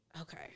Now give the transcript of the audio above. Okay